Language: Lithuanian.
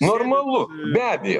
normalu be abejo